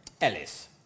Ellis